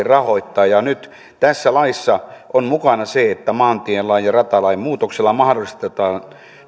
rahoittaa nyt tässä laissa on mukana se että maantielain ja ratalain muutoksella mahdollistetaan